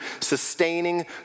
sustaining